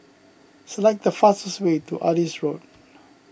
select the fastest way to Adis Road